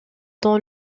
dans